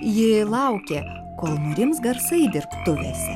ji laukė kol nurims garsai dirbtuvėse